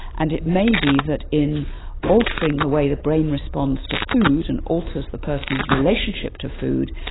and it may be that in altering the way the brain responds to food and alters the person's relationship to food,